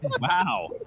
Wow